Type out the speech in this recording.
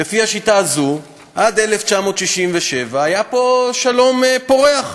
לפי השיטה הזו עד 1967 היה פה שלום פורח,